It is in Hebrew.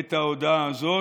את ההודעה הזאת,